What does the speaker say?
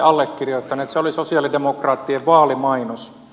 se oli sosialidemokraattien vaalimainos